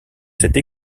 cette